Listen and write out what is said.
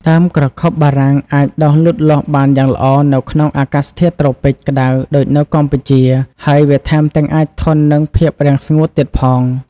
ដើមក្រខុបបារាំងអាចដុះលូតលាស់បានយ៉ាងល្អនៅក្នុងអាកាសធាតុត្រូពិចក្ដៅដូចនៅកម្ពុជា ហើយវាថែមទាំងអាចធន់នឹងភាពរាំងស្ងួតទៀតផង។